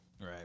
Right